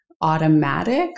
automatic